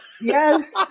Yes